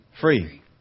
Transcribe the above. free